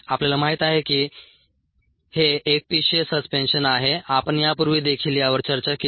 आपल्याला माहित आहे की हे एकपेशीय ससपेंशन आहे आपण यापूर्वी देखील यावर चर्चा केली